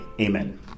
Amen